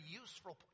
useful